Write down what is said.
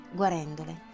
guarendole